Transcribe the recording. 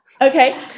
Okay